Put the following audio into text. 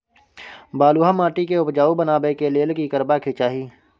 बालुहा माटी के उपजाउ बनाबै के लेल की करबा के चाही?